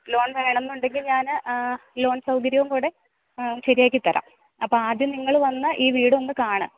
loan വേണമെന്നുണ്ടെങ്കില് ഞാന് loan സൗകര്യവും കൂടെ ശരിയാക്കിത്തരാം അപ്പോഴാദ്യം നിങ്ങള് വന്ന് ഈ വീടൊന്നു കാണൂ